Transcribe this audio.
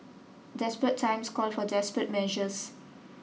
desperate times call for desperate measures